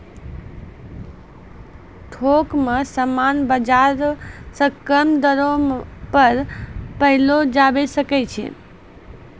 थोक मे समान बाजार से कम दरो पर पयलो जावै सकै छै